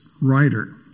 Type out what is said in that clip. writer